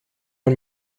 man